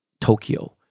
Tokyo